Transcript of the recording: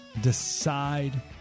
decide